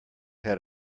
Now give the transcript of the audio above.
had